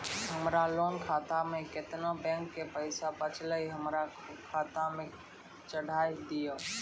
हमरा लोन खाता मे केतना बैंक के पैसा बचलै हमरा खाता मे चढ़ाय दिहो?